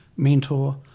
mentor